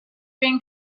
being